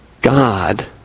God